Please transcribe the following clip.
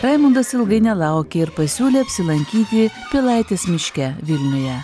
raimundas ilgai nelaukė ir pasiūlė apsilankyti pilaitės miške vilniuje